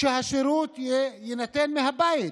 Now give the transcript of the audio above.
שהשירות יינתן מהבית,